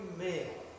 male